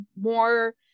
more